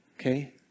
Okay